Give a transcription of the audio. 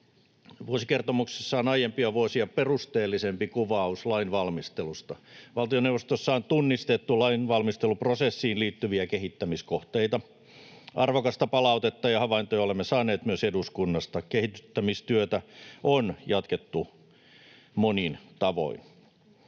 Vuosikertomuksessa on aiempia vuosia perusteellisempi kuvaus lainvalmistelusta. Valtioneuvostossa on tunnistettu lainvalmisteluprosessiin liittyviä kehittämiskohteita. Arvokasta palautetta ja havaintoja olemme saaneet myös eduskunnasta. Kehittämistyötä on jatkettu monin tavoin.